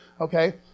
Okay